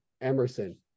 Emerson